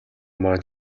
маань